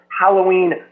Halloween